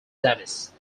davis